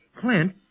Clint